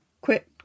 quit